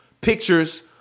pictures